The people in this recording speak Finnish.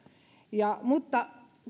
mutta